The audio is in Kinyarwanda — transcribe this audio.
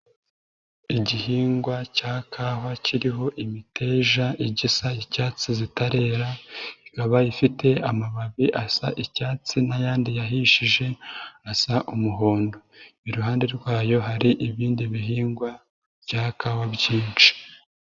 Igihingwa cya kawa kiriho imiteja igisa icyatsi zitarera, ikaba ifite amababi asa icyatsi n'ayandi yahishije asa umuhondo, iruhande rwayo hari ibindi bihingwa bya kawa byinshi.